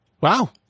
Wow